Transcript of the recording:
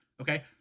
Okay